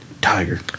Tiger